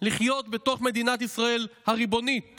לחיות בתוך מדינת ישראל הריבונית